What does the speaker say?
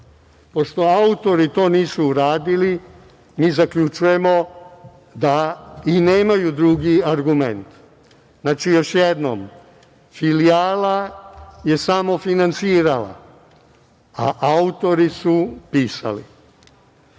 autori to nisu uradili, mi zaključujemo da i nemaju drugi argument. Znači, još jednom filijala je samofinansirala, a autori su pisali. Ovo